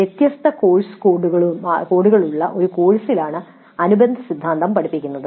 വ്യത്യസ്ത കോഴ്സ് കോഡുകളുള്ള ഒരു കോഴ്സിലാണ് അനുബന്ധസിദ്ധാന്തം പഠിപ്പിക്കുന്നത്